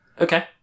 Okay